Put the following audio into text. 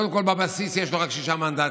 קודם כול, בבסיס יש לו רק שישה מנדטים,